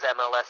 MLS